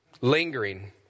lingering